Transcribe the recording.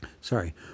sorry